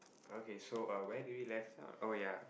okay so uh where did we left out oh ya